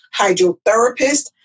hydrotherapist